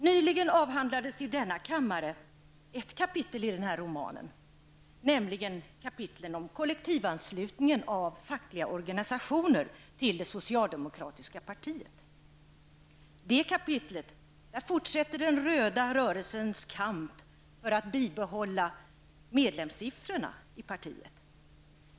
Nyligen avhandlades i denna kammare ett kapitel i denna roman, nämligen kapitlet om kollektivanslutningen av fackliga organisationer till det socialdemokratiska partiet. I det kapitlet fortsätter den röda rörelsens kamp för att bibehålla medlemmarna i partiet.